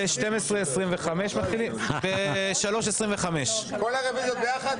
אם כך, הם יועברו לקידומם בוועדת הבריאות.